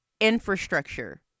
Infrastructure